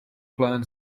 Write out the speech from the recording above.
clan